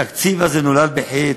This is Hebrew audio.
התקציב הזה נולד בחטא.